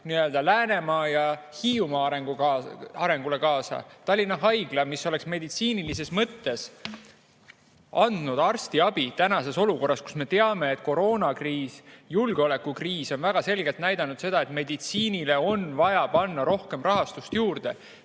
kaasa Läänemaa ja Hiiumaa arengule. Tallinna Haigla, mis oleks meditsiinilises mõttes andnud arstiabi tänases olukorras, kus me teame, et koroonakriis ja julgeolekukriis on väga selgelt näidanud seda, et meditsiinile on vaja panna rohkem rahastust juurde.